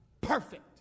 Perfect